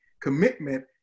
Commitment